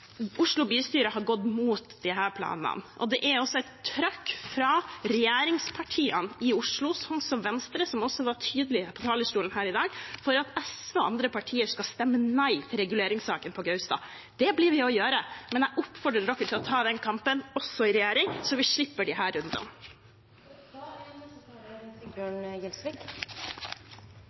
Oslo bystyre har gått imot disse planene, og det er også et trøkk fra regjeringspartiene i Oslo, sånn som Venstre, som også var tydelig på talerstolen her i dag på at SV og andre partier må stemme nei til reguleringssaken på Gaustad. Det skal vi gjøre, men jeg oppfordrer dem til å ta den kampen også i regjering, så vi slipper disse rundene. Det er